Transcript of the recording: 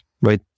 right